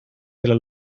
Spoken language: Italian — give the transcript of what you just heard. della